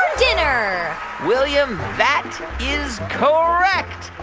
um dinner william, that is correct.